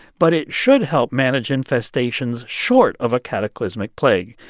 but it should help manage infestations short of a cataclysmic plague.